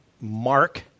Mark